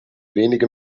wenige